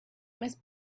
miss